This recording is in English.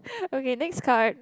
okay next card